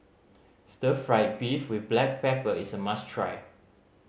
stir fried beef with black pepper is a must try